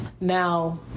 Now